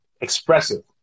expressive